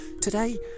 Today